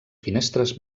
finestres